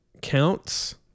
counts